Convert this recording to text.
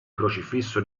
crocifisso